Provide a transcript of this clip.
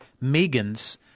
Megan's